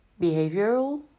behavioral